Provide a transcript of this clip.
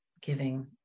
giving